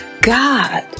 God